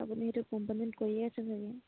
আপুনি সেইটো কম্পেনীত কৰিয়ে আছে চাগে